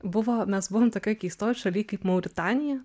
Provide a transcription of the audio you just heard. buvo mes buvom tokioj keistoj šaly kaip mauritanija